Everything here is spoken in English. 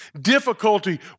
difficulty